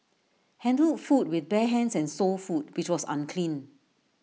handled food with bare hands and sold food which was unclean